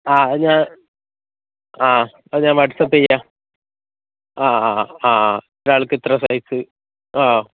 ആ ഞാൻ ആ അത് ഞാൻ വാട്സ്ആപ്പ് ചെയ്യാം ആ ആ ആ ആ ആ ഒരാൾക്ക് ഇത്ര സൈസ് ആ